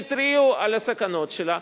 והתריעו על הסכנות שלה,